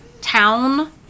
town